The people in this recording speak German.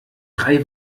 drei